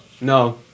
no